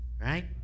Right